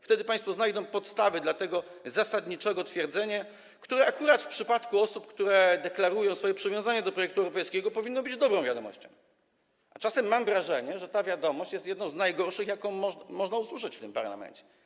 Wtedy państwo znajdą podstawy do tego zasadniczego stwierdzenia, które akurat w przypadku osób, które deklarują swoje przywiązanie do projektu europejskiego, powinno być dobrą wiadomością, a czasem mam wrażenie, że ta wiadomość jest jedną z najgorszych, jakie można usłyszeć w tym parlamencie.